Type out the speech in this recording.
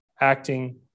acting